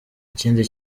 ikindi